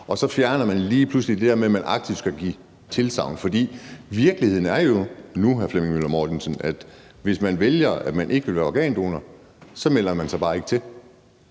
så fjerner man her lige pludselig det der med, at man aktivt skal give tilsagn. For virkeligheden er jo nu, hr. Flemming Møller Mortensen, at hvis man vælger, at man ikke vil være organdonor, så melder man sig bare ikke til.